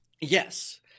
Yes